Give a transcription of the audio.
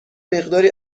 مقداری